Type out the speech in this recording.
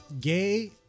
gay